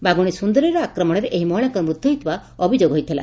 ବାଘୁରୀ ସୁନ୍ଦରୀର ଆକ୍ରମଣରେ ଏହି ମହିଳାଙ୍କର ମୃତ୍ୟୁ ଅଭିଯୋଗ ହୋଇଥିଲା